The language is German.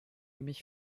mich